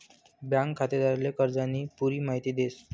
bank खातेदारले कर्जानी पुरी माहिती देस